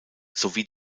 sowie